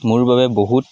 মোৰ বাবে বহুত